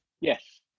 yes